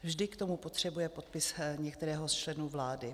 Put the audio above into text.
Vždy k tomu potřebuje podpis některého z členů vlády.